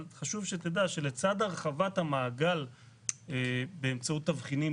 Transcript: אבל חשוב שתדע שלצד הרחבת המעגל באמצעות תבחינים,